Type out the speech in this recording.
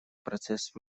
процесс